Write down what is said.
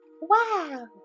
Wow